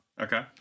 Okay